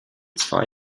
zwei